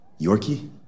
Yorkie